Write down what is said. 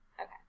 Okay